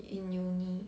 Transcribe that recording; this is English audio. in uni